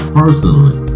personally